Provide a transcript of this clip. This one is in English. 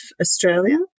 Australia